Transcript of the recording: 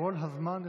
כל הזמן לרשותך.